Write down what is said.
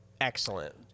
excellent